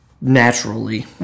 Naturally